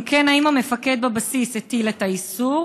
2. אם כן, האם המפקד בבסיס הטיל את האיסור?